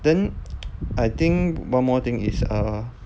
then I think one more thing is err